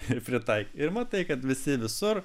ir pritaikė ir matai kad visi visur